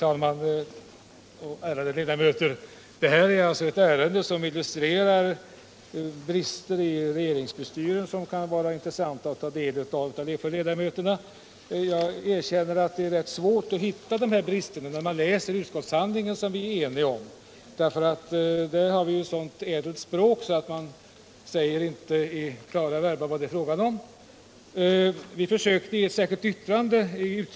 Herr talman! Det här ärendet illustrerar brister i regeringsbestyren som det kan vara intressant att ta del av för kammarens ärade ledamöter. Jag erkänner att det är svårt att hitta bristerna när man läser utskottsbetänkandet, som vi är eniga om. Där har vi ett så ädelt språk att vi inte i klara verba säger vad det är fråga om. Men det har vi försökt uttrycka i ett särskilt yttrande.